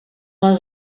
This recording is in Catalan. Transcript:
les